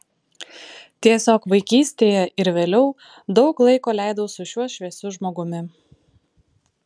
tiesiog vaikystėje ir vėliau daug laiko leidau su šiuo šviesiu žmogumi